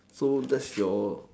so that's your